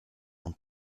und